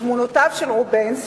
תמונותיו של רובנס,